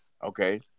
Okay